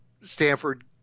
Stanford